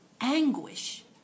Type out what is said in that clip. anguish